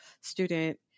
student